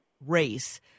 race